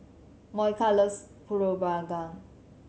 Monica loves Pulut Panggang